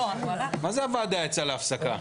אי אפשר להמשיך את הדיון.